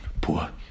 poor